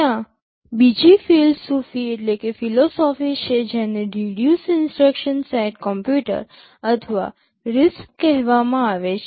ત્યાં બીજી ફિલોસોફી છે જેને રિડયુસ ઇન્સટ્રક્શન સેટ કમ્પ્યુટર અથવા RISC કહેવામાં આવે છે